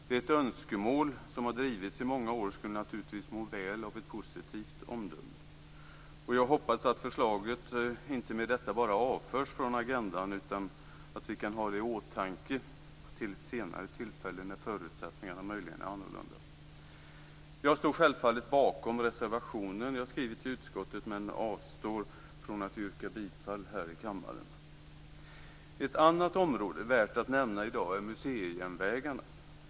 Det är ett önskemål som har drivits i många år och det skulle naturligtvis må väl av ett positivt omdöme. Jag hoppas att förslaget inte med detta bara avförs från agendan, utan att vi kan ha det i åtanke till ett senare tillfälle när förutsättningarna möjligen är annorlunda. Självfallet står jag bakom reservationen i betänkandet men jag avstår från att yrka bifall här i kammaren. Ett annat område som det i dag är värt att nämna är museijärnvägarna.